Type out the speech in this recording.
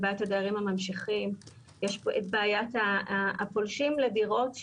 יש פה את בעיית הפולשים לדירות,